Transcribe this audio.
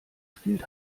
spielt